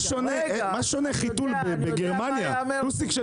מה שונה חיתול בגרמניה טוסיק של